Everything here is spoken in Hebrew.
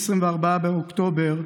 24 באוקטובר,